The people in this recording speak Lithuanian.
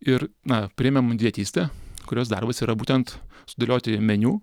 ir na priėmėm dietistę kurios darbas yra būtent sudėlioti meniu